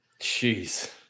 Jeez